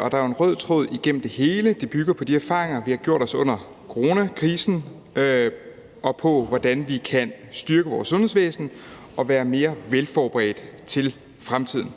og der går jo en rød tråd igennem det hele, og det bygger på de erfaringer, vi har gjort os under coronakrisen, og på, hvordan vi kan styrke vores sundhedsvæsen og være mere velforberedte til fremtiden.